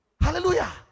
hallelujah